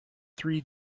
three